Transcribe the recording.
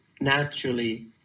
naturally